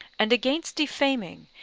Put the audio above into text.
and against defaming,